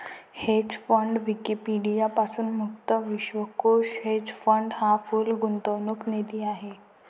hedge fund Wikipedia पासून मुक्त विश्वकोश हेज फंड हा पूल गुंतवणूक निधी आहे